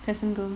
crescent girls